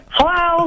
Hello